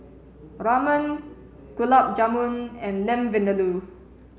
Ramen Gulab Jamun and Lamb Vindaloo